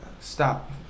Stop